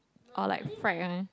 or like fried one